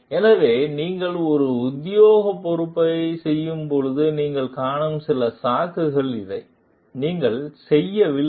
எனவே நீங்கள் ஒரு உத்தியோகபூர்வ பொறுப்பைச் செய்யும்போது நீங்கள் காணும் சில சாக்குகள் இவை நீங்கள் செய்யவில்லை